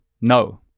No